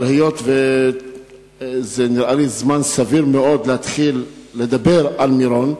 אבל היות שזה נראה לי זמן סביר מאוד להתחיל לדבר על מירון,